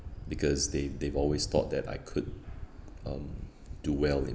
because they they've always thought that I could um do well in